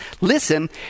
Listen